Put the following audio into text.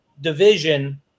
division